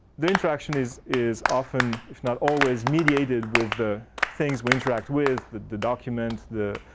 the interaction is is often, if not always mediated with the things we interact with the the documents, the